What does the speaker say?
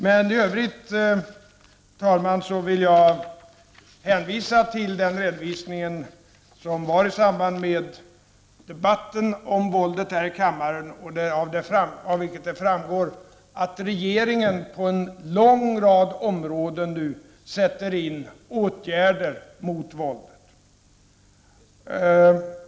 Herr talman! I övrigt vill jag hänvisa till den redovisning som gjordes i samband med den debatt om våldet som hölls här i kammaren. Av denna redovisning framgår det att regeringen på en lång rad områden vidtar åtgärder mot våldet.